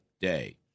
day